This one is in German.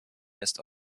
erst